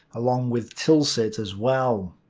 along with tilsit as well.